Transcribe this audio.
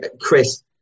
Chris